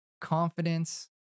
confidence